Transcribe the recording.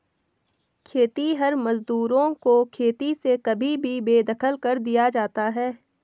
खेतिहर मजदूरों को खेती से कभी भी बेदखल कर दिया जाता है